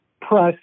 Press